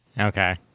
Okay